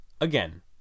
again